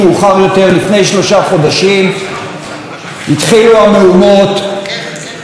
לפני שלושה חודשים התחילו המהומות ברצועה.